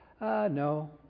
No